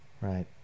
right